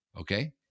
Okay